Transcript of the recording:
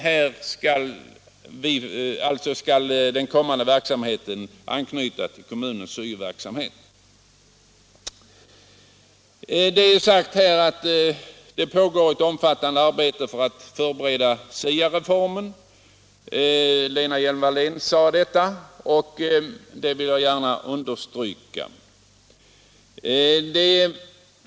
Här skall alltså den kommande verksamheten anknyta till kommunens syo-verksamhet. Fru Lena Hjelm-Wallén sade att det pågår ett omfattande arbete för att förbereda SIA-reformen. Det vill jag gärna understryka.